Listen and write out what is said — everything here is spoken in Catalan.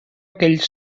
aquell